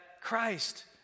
Christ